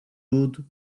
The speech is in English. wood